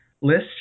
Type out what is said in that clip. list